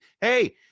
Hey